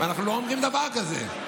אנחנו לא אומרים דבר כזה.